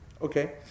Okay